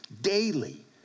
Daily